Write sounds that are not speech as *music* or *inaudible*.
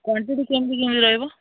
quantity କେମିତି *unintelligible* ରହିବ